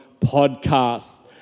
podcasts